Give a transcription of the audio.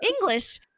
English